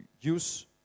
use